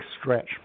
stretch